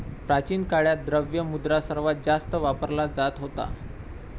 प्राचीन काळात, द्रव्य मुद्रा सर्वात जास्त वापरला जात होता